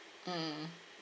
mm